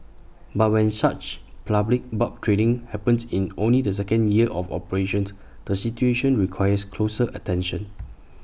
but when such public barb trading happens in only the second year of operations the situation requires closer attention